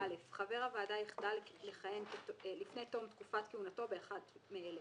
(א) חבר הוועדה יחדל לכהן לפני תום תקופת כהונתו באחת מאלה: